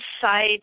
side